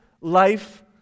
life